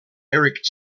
eric